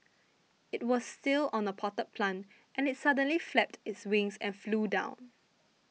it was still on a potted plant and suddenly it flapped its wings and flew down